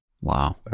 Wow